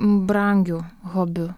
brangiu hobiu